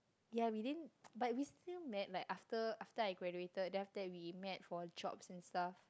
ya we didn't but we still met like after after I graduated then after that we met for jobs and stuff